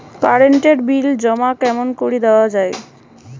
Current এর bill জমা কেমন করি দেওয়া যায়?